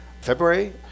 February